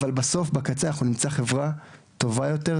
אבל בסוף בקצה אנחנו נמצא חברה טובה יותר,